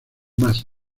más